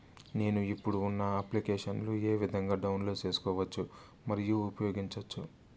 నేను, ఇప్పుడు ఉన్న అప్లికేషన్లు ఏ విధంగా డౌన్లోడ్ సేసుకోవచ్చు మరియు ఉపయోగించొచ్చు?